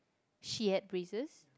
she had braces